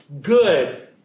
good